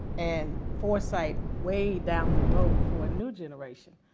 and foresight way down the road for a new generation.